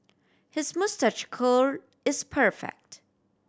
his moustache curl is perfect